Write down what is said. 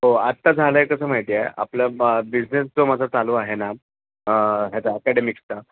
हो आत्ता झालंय कसं माहितीय आपलं बा बिझनेस जो माझा चालू आहे ना ह्याचा अकॅडमिक्सचा